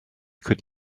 could